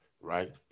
right